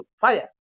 fire